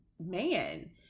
man